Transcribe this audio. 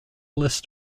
list